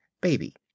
baby